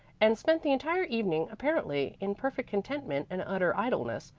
and spent the entire evening, apparently, in perfect contentment and utter idleness,